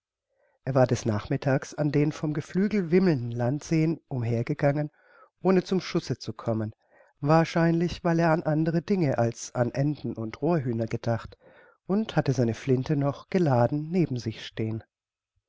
er war des nachmittags an den vom geflügel wimmelnden landseen umhergegangen ohne zum schuße zu kommen wahrscheinlich weil er an andre dinge als an enten und rohrhühner gedacht und hatte seine flinte noch geladen neben sich stehen